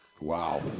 Wow